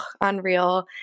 unreal